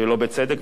ולא בצדק,